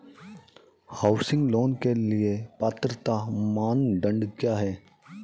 Housing loan के लिए पात्रता मानदंड क्या हैं?